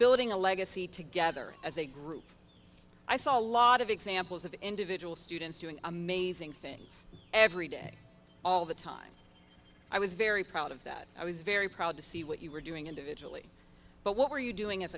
building a legacy together as a group i saw a lot of examples of individual students doing amazing things every day all the time i was very proud of that i was very proud to see what you were doing individually but what were you doing as